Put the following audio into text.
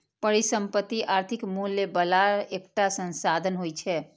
परिसंपत्ति आर्थिक मूल्य बला एकटा संसाधन होइ छै